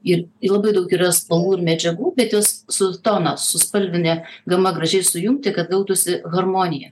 ir ir labai daug yra spalvų ir medžiagų bet jos su tono su spalvine gama gražiai sujungti kad gautųsi harmonija